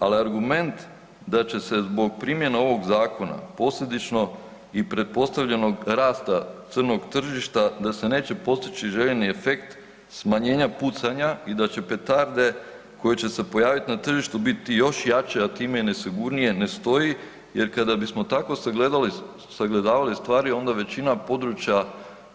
Ali argument da će se zbog primjene ovog zakona posljedično i pretpostavljenog rasta crnog tržišta, da se neće postići željeni efekt smanjenja pucanja i da će petarde koje će se pojaviti na tržištu biti još jače, a time i nesigurnije, ne stoji jer kada bismo tako sagledavali stvari, onda većina područja